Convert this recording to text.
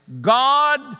God